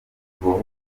ibikorwa